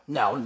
no